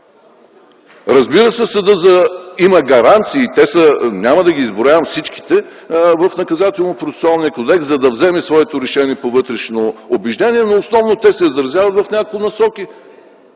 Разбира се съдът има гаранции, няма да ги изброявам всичките, в Наказателно-процесуалния кодекс, за да вземе своето решение по вътрешно убеждение. Но основно те се изразяват в няколко насоки